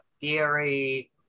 theory